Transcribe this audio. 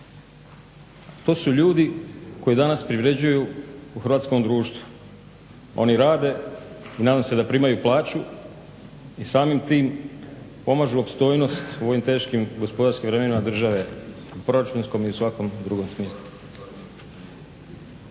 to su ljudi koji danas privređuju u hrvatskom društvu. Oni rade i nadam se da primaju plaću i samim tim pomažu opstojnost u ovim teškim gospodarskim vremenima države u proračunskom i svakom drugom smislu.